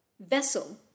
vessel